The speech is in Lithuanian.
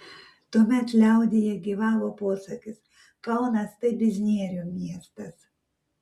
tuomet liaudyje gyvavo posakis kaunas tai biznierių miestas